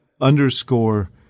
underscore